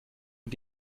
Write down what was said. und